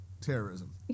terrorism